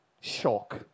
shock